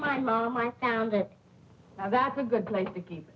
my mom i found it now that's a good place to keep